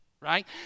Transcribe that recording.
right